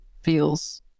feels